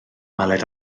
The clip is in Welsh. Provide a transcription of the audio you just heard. weled